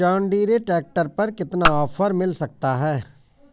John Deere tractor पर कितना offer मिल सकता है?